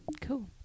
Cool